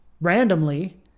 randomly